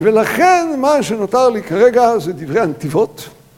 ולכן מה שנותר לי כרגע זה דברי הנתיבות.